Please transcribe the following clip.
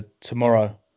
tomorrow